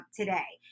today